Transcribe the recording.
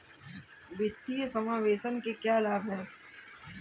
वित्तीय समावेशन के क्या लाभ हैं?